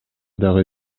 дагы